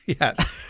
Yes